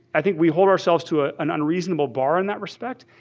i think we hold ourselves to ah an unreasonable bar in that respect,